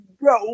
bro